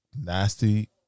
nasty